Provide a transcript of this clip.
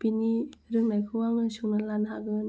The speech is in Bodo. बिनि रोंनायखौ आङो सोंनानै लानो हागोन